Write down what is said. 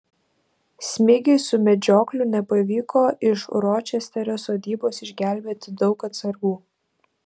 smigiui su medžiokliu nepavyko iš ročesterio sodybos išgelbėti daug atsargų